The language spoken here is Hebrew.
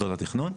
במוסדות התכנון.